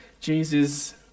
Jesus